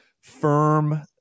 firm